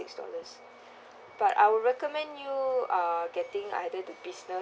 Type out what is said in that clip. six dollars but I would recommend you uh getting either the business